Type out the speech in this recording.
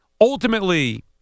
Ultimately